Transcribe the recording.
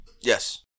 Yes